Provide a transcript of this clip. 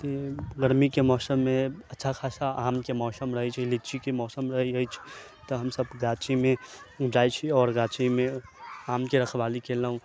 गरमी के मौसम मे अच्छा खासा आम के मौसम रहै छै लीची के मौसम रहै अछि तऽ हमसब गाछी मे जाइ छी आओर गाछी मे आम के रखवाली केलहुॅं